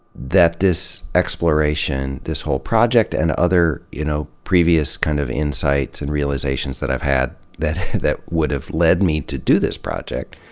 that this exploration, this whole project and other, you know, previous kind of insights and realizations that i've had that that would have led me to do this project,